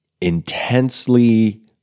intensely